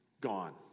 gone